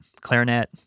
clarinet